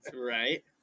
right